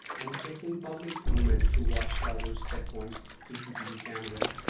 and checking public movement through watchtowers, checkpoints, cctv cameras,